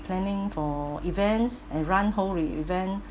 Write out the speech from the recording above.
planning for events and run whole event